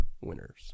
winners